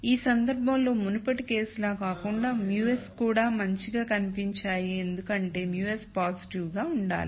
ఈ సందర్భంలో మునుపటి కేసులా కాకుండా μs కూడా మంచిగా కనిపించాయి ఎందుకంటే μs పాజిటివ్ గా ఉండాలి